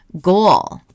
goal